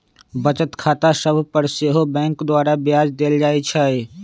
बचत खता सभ पर सेहो बैंक द्वारा ब्याज देल जाइ छइ